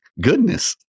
goodness